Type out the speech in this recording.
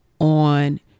on